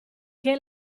che